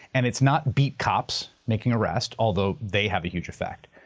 and it's not beat cops making arrests, although they have a huge effect.